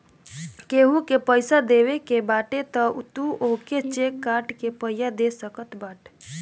केहू के पईसा देवे के बाटे तअ तू ओके चेक काट के पइया दे सकत बाटअ